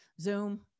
Zoom